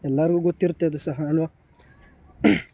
ಎಲ್ಲರಿಗೂ ಗೊತ್ತಿರುತ್ತೆ ಅದು ಸಹ ಅಲ್ವ